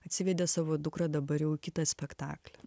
atsivedė savo dukrą dabar jau į kitą spektaklį